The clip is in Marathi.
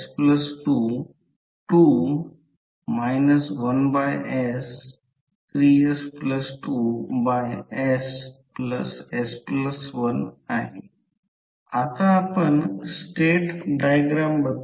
त्यासह संपूर्ण सर्किटचा रिलक्टन्स प्राप्त होईल हे अँपिअर टर्न पर वेबर आहे म्हणून ∅1 म्हणजे करंट i1 Fm1 रिलक्टन्स मिळेल